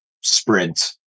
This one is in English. sprint